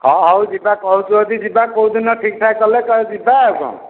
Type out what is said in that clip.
ହଁ ହଉ ଯିବା କହୁଛୁ ଯଦି ଯିବା କୋଉଦିନ ଠିକ୍ ଠାକ୍ କଲେ ତ ଯିବା ଆଉ କ'ଣ